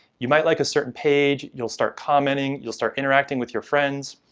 you might like a certain page, you'll start commenting, you'll start interacting with your friends,